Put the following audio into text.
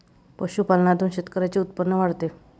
पशुपालनातून शेतकऱ्यांचे उत्पन्न वाढते